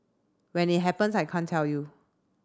when it happens I can't tell you